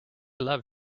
love